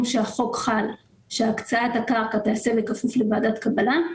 שהחוק חל שהקצאת הקרקע תיעשה בכפוף לוועדת קבלה.